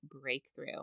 breakthrough